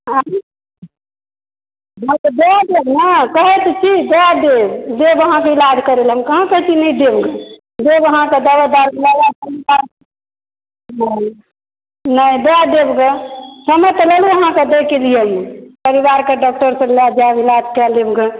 आयँ हँ तऽ दऽ देब ने कहै तऽ छी दऽ देब देब अहाँक इलाज करय लए हम कहाँ कहै छी नहि देब देब अहाँकेॅं दबाइ दारू लए हँ नहि दए देब ग हम एतय एलहुॅं अहाँके दए के लिये परिवार के डॉक्टर लग लए जायब इलाज कए लेब ग